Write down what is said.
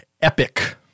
epic